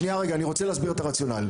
שנייה רגע, אני רוצה להסביר את הרציונל.